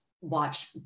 watch